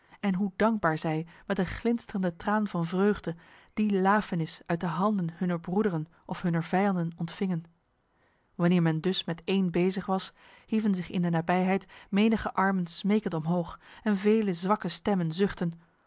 en hoe dankbaar zij met een glinsterende traan van vreugde die lafenis uit de handen hunner broederen of hunner vijanden ontvingen wanneer men dus met één bezig was hieven zich in de nabijheid menige armen smekend omhoog en vele zwakke stemmen zuchtten